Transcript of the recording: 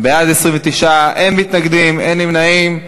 בעד, 29, אין מתנגדים, אין נמנעים.